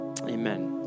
amen